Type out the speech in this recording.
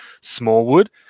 Smallwood